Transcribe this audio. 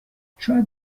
شاید